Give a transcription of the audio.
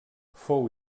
fou